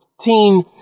teen